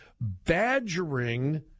badgering